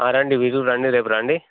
రండి ఈ సూర్ రండి రేపు రండి